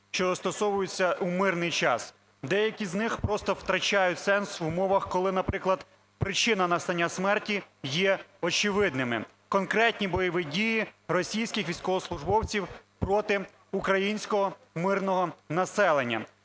що застосовуються у мирний час. Деякі з них просто втрачають сенс в умовах, коли, наприклад, причина настання смерті є очевидною – конкретні бойові дії російських військовослужбовців проти українського мирного населення.